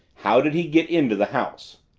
how did he get into the house?